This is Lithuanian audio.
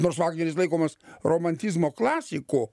nors vagneris laikomas romantizmo klasiku